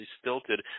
stilted